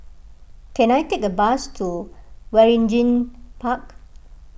can I take a bus to Waringin Park